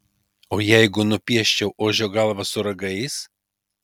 o jeigu nupieščiau ožio galvą su ragais